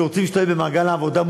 שרוצים להשתלב במעגל העבודה,